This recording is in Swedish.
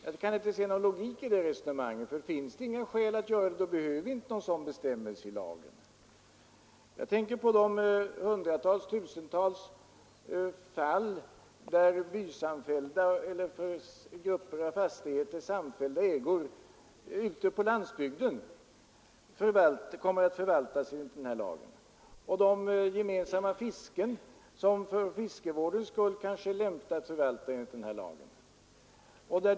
Jag kan inte se någon logik i det resonemanget. Finns det inga skäl, då behöver vi inte en sådan bestämmelse i lagen. Jag tänker på de tusentals fall där grupper av fastigheter och samfällda ägor ute på landsbygden kommer att förvaltas enligt denna lag och de gemensamma fisken som för fiskevårdens skull kanske är lämpliga att förvalta enligt denna lag.